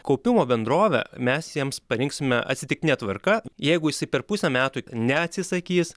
kaupimo bendrovę mes jiems parinksime atsitiktine tvarka jeigu jisai per pusę metų neatsisakys